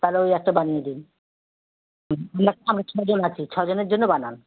তালে ওই একটা বানিয়ে দিন মানে আমরা ছজন আছি ছজনের জন্য বানান